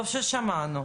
טוב ששמענו,